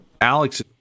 Alex